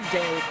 day